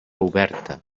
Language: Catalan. oberta